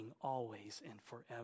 always-and-forever